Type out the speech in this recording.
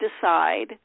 decide